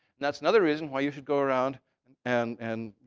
that's another reason why you should go around and and and